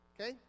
Okay